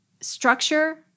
structure